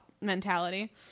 mentality